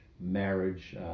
marriage